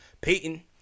Peyton